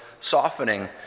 softening